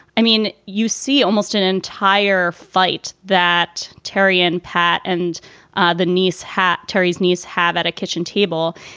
i mean, you see almost an entire fight that terry and pat and the niece had terri's niece have at a kitchen table.